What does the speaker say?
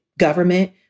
government